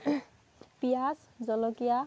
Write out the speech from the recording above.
পিয়াঁজ জলকীয়া